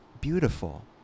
beautiful